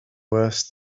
worse